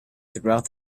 throughout